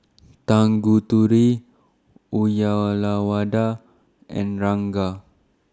Tanguturi Uyyalawada and Ranga